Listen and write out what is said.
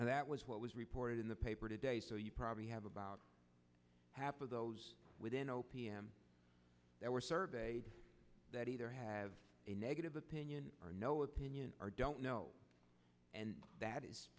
that was what was reported in the paper today so you probably have about half of those within o p m that were surveyed that either have a negative opinion or no opinion or don't know that is